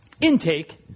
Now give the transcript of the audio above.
Intake